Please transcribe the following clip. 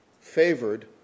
favored